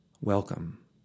welcome